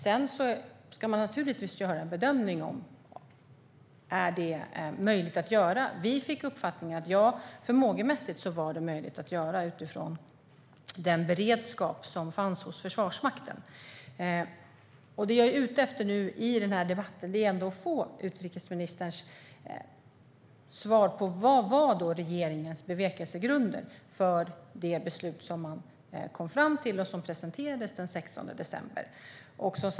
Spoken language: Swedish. Sedan ska man naturligtvis göra en bedömning av om det är möjligt att göra detta. Vi fick uppfattningen att det förmågemässigt var möjligt att göra detta utifrån den beredskap som fanns hos Försvarsmakten. Det jag är ute efter i den här debatten är att få utrikesministerns svar på vad som var regeringens bevekelsegrunder för det beslut som man kom fram till och som presenterades den 16 december.